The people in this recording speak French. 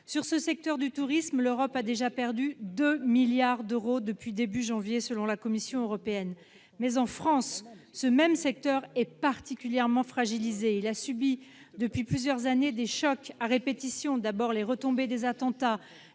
Sur ce secteur du tourisme, l'Europe a déjà perdu 2 milliards d'euros depuis le début du mois de janvier, selon la Commission européenne. Mais, en France, c'est un secteur particulièrement fragilisé, ayant subi depuis plusieurs années des chocs à répétition : d'abord les retombées des attentats,